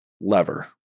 lever